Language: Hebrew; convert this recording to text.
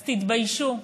אז תתביישו,